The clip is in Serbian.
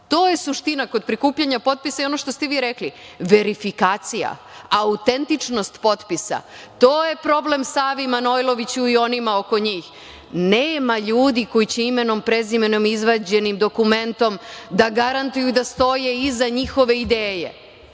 je suština kod prikupljanja potpisa i ono što ste vi rekli – verifikacija, autentičnost potpisa. To je problem Savi Manojloviću i onima oko njih. Nema ljudi koji će imenom, prezimenom, izvađenim dokumentom da garantuju, da stoje iza njihove ideje.